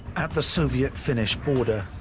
at the soviet-finnish border,